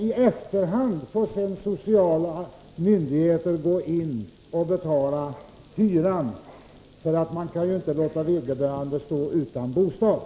I efterhand får sedan sociala myndigheter gå in och Nr 30 betala hyran — man kan ju inte låta vederbörande stå utan bostad.